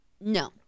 no